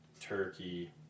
turkey